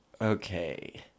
Okay